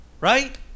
right